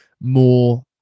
more